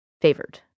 favored